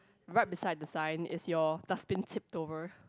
right beside the sign is your dust bin tipped over